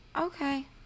okay